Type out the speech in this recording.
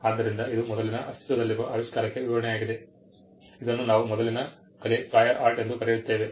ಆದ್ದರಿಂದ ಇದು ಮೊದಲಿನ ಅಸ್ತಿತ್ವದಲ್ಲಿರುವ ಆವಿಷ್ಕಾರಕ್ಕೆ ವಿವರಣೆಯಾಗಿದೆ ಇದನ್ನು ನಾವು ಮೊದಲಿನ ಕಲೆ ಎಂದು ಕರೆಯುತ್ತೇವೆ